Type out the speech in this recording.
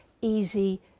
easy